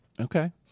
Okay